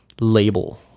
label